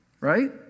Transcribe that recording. right